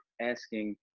asking